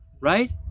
Right